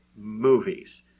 movies